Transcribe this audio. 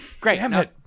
Great